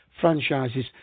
franchises